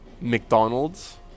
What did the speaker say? McDonald's